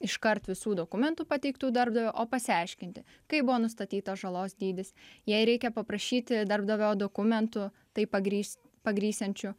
iškart visų dokumentų pateiktų darbdavio o pasiaiškinti kaip buvo nustatytas žalos dydis jei reikia paprašyti darbdavio dokumentų tai pagrįs pagrįsiančių